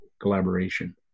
collaboration